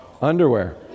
Underwear